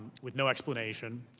with no explanation